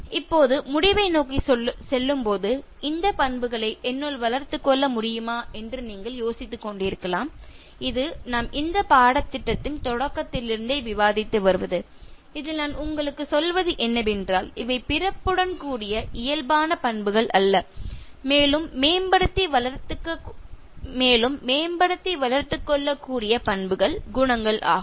இப்போது முடிவை நோக்கி செல்லும்பொழுது இந்த பண்புகளை என்னுள் வளர்த்துக் கொள்ள முடியுமா என்று நீங்கள் யோசித்துக்கொண்டிருக்கலாம் இது நாம் இந்த பாடத்திட்டத்தின் தொடக்கத்திலிருந்தே விவாதித்து வருவது இதில் நான் உங்களுக்குச் சொல்வது என்னவென்றால் இவை பிறப்புடன் கூடிய இயல்பான பண்புகள் அல்ல மேலும் மேம்படுத்தி வளர்த்துக் கொள்ளக் கூடிய பண்புகள் குணங்கள் ஆகும்